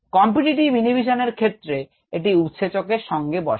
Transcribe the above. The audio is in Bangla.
competitive ইনহিবিশন এর ক্ষেত্রে এটি উৎসেচক এর সঙ্গে বসে